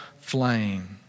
flame